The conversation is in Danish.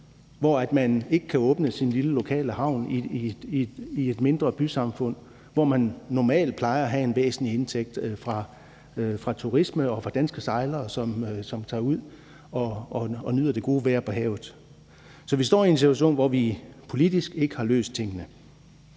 hvor at man ikke kan åbne sin lille lokale havn i et mindre bysamfund, hvor man normalt plejer at have en væsentlig indtægt fra turisme og fra danske sejlere, som tager ud og nyder det gode vejr på havet. Så vi står i en situation, hvor vi politisk ikke har løst tingene.